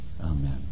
Amen